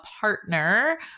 partner